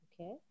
Okay